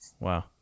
Wow